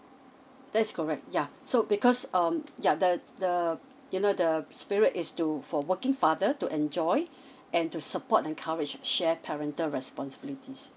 that's correct yeah so because um yeah the the you know the period is to for working father to enjoy and to support encourage share parental responsibilities